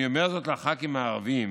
אני אומר זאת לח"כים הערבים,